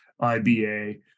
IBA